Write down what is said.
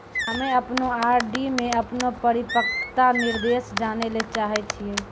हम्मे अपनो आर.डी मे अपनो परिपक्वता निर्देश जानै ले चाहै छियै